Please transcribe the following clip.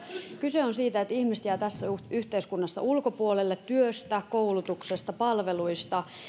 kyse on siitä että ihmiset jäävät tässä yhteiskunnassa ulkopuolelle työstä koulutuksesta palveluista